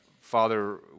Father